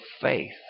faith